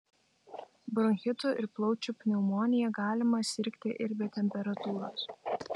bronchitu ir plaučių pneumonija galima sirgti ir be temperatūros